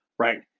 Right